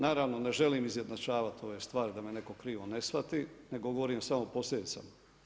Naravno ne želim izjednačavati ove stvari da me netko krivo ne shvati, nego govorim samo o posljedicama.